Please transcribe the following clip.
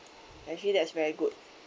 actually that's very good